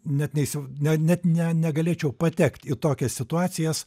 net neįsinet ne negalėčiau patekt į tokias situacijas